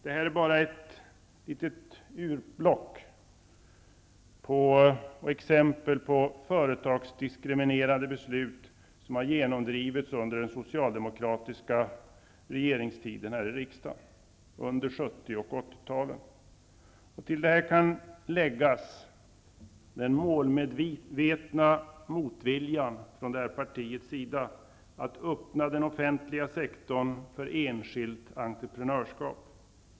Detta är bara ett litet urplock av exempel på företagsdiskriminerade beslut som har genomdrivits under den socialdemokratiska regeringstiden här i riksdagen, under 70 och 80 talet. Till detta kan läggas den målmedvetna motviljan från detta parti att öppna den offentliga sektorn för enskilt entreprenörskap.